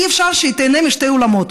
אי-אפשר שהיא תיהנה משני העולמות,